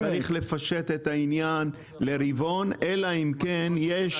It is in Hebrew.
צריך לפשט את העניין לרבעון אלא אם כן יש